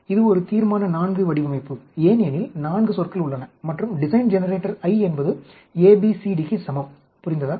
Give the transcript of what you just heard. இது ஒரு தீர்மான IV வடிவமைப்பு ஏனெனில் 4 சொற்கள் உள்ளன மற்றும் டிசைன் ஜெனரேட்டர் I என்பது A B C D க்கு சமம் புரிந்ததா